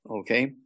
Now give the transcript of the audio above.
Okay